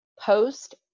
post